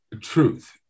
truth